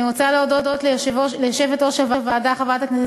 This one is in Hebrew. אני רוצה להודות ליושבת-ראש הוועדה חברת הכנסת